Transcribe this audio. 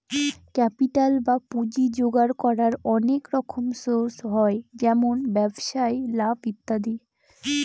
capital বা পুঁজি জোগাড় করার অনেক রকম সোর্স হয় যেমন ব্যবসায় লাভ ইত্যাদি